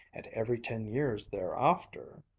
and every ten years thereafter